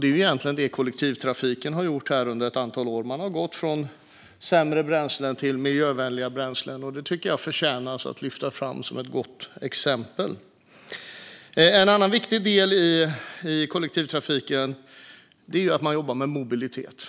Det är egentligen det kollektivtrafiken har gjort under ett antal år - man har gått från sämre bränslen till miljövänliga bränslen, och det tycker jag förtjänar att lyftas fram som ett gott exempel. En annan viktig del i kollektivtrafiken är att man jobbar med mobilitet